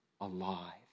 alive